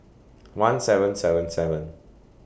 one seven seven seven